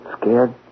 Scared